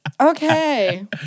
Okay